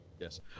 Yes